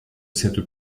cette